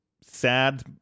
sad